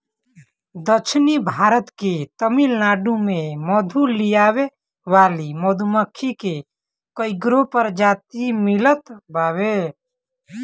दक्षिण भारत के तमिलनाडु में मधु लियावे वाली मधुमक्खी के कईगो प्रजाति मिलत बावे